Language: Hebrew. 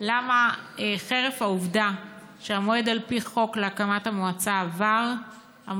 למה חרף העובדה שהמועד על פי חוק להקמת המועצה עבר,